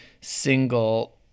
single